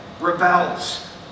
rebels